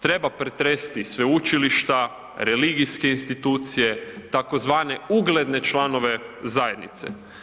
Treba pretresti sveučilišta, religijske institucije, tzv. ugledne članove zajednice.